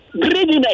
greediness